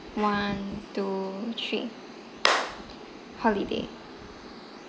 one two three holiday